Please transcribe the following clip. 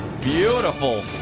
beautiful